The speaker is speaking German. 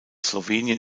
slowenien